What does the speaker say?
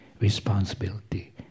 responsibility